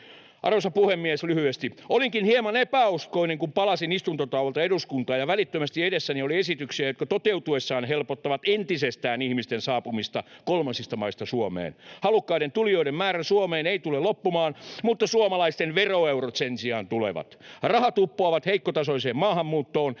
Arvoisa puhemies! Lyhyesti: Olinkin hieman epäuskoinen, kun palasin istuntotauolta eduskuntaan ja välittömästi edessäni oli esityksiä, jotka toteutuessaan helpottavat entisestään ihmisten saapumista kolmansista maista Suomeen. Halukkaiden tulijoiden määrä Suomeen ei tule loppumaan, mutta suomalaisten veroeurot sen sijaan tulevat. Rahat uppoavat heikkotasoiseen maahanmuuttoon,